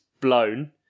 blown